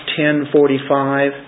10:45